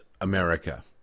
america